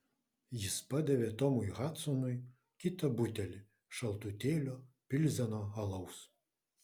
jis padavė tomui hadsonui kitą butelį šaltutėlio pilzeno alaus